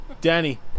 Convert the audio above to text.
Danny